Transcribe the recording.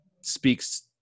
speaks